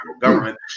government